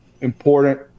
important